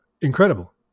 incredible